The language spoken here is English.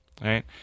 Right